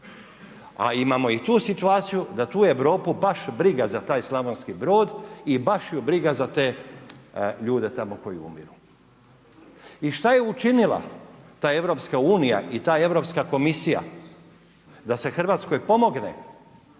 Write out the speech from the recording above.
A imamo i tu situaciju da tu Europu baš briga za taj Slavonski Brod i baš ju briga za te ljude tamo koji umiru. I šta je učinila ta EU i ta Europska komisija da se Hrvatskoj pomogne